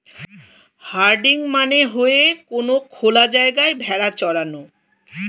herding মানে হয়ে কোনো খোলা জায়গায় ভেড়া চরানো